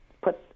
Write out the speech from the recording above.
put